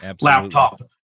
laptop